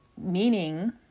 meaning